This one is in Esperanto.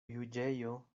juĝejo